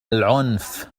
العنف